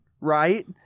right